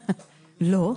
לא.